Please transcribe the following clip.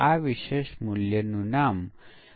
એક છે યુનિટ સ્તર